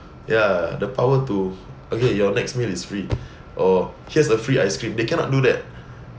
ya the power to okay your next meal is free or here's a free ice cream they cannot do that